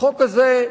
החוק הזה,